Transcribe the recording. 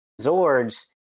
Zords